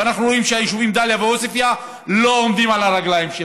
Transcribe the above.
ואנחנו רואים שהיישובים דאליה ועוספייא לא עומדים על הרגליים.